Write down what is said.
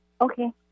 okay